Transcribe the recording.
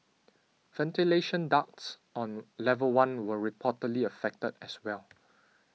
ventilation ducts on level one were reportedly affected as well